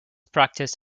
practice